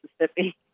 Mississippi